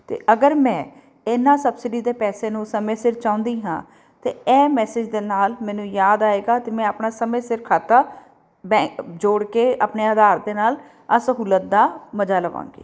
ਅਤੇ ਅਗਰ ਮੈਂ ਇਹਨਾਂ ਸਬਸਿਡੀ ਦੇ ਪੈਸੇ ਨੂੰ ਸਮੇਂ ਸਿਰ ਚਾਹੁੰਦੀ ਹਾਂ ਤਾਂ ਇਹ ਮੈਸੇਜ ਦੇ ਨਾਲ ਮੈਨੂੰ ਯਾਦ ਆਏਗਾ ਅਤੇ ਮੈਂ ਆਪਣਾ ਸਮੇਂ ਸਿਰ ਖਾਤਾ ਬੈਕ ਜੋੜ ਕੇ ਆਪਣੇ ਆਧਾਰ ਦੇ ਨਾਲ ਆਹ ਸਹੂਲਤ ਦਾ ਮਜ਼ਾ ਲਵਾਂਗੀ